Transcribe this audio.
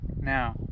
now